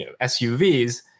SUVs